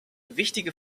wichtige